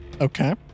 Okay